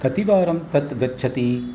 कतिवारं तत् गच्छति